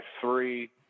three